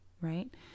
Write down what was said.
right